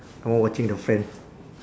and one watching the friend